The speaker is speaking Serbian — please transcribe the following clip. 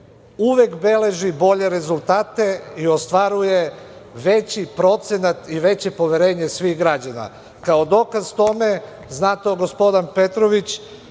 uvek beleži bolje rezultate i ostvaruje veći procenat i veće poverenje svih građana. Kao dokaz tome zna to gospodin Petrović.